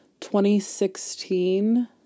2016